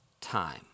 time